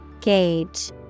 Gauge